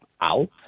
out